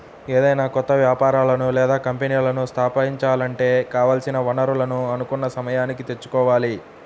ఏదైనా కొత్త వ్యాపారాలను లేదా కంపెనీలను స్థాపించాలంటే కావాల్సిన వనరులను అనుకున్న సమయానికి తెచ్చుకోవాలి